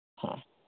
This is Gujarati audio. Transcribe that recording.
હા